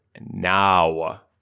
now